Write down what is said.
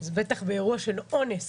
אז בטח באירוע של אונס